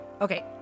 Okay